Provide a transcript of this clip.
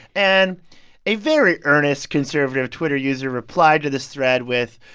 and a very earnest, conservative twitter user replied to this thread with,